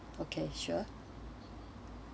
okay sure so